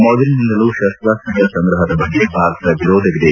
ಮೊದಲಿನಿಂದಲೂ ಶಸ್ತ್ರಾಸ್ತ್ರಗಳ ಸಂಗ್ರಹದ ಬಗ್ಗೆ ಭಾರತದ ವಿರೋಧವಿದೆ